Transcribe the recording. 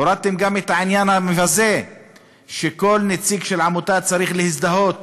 הורדתם גם את העניין המבזה שכל נציג של עמותה צריך להזדהות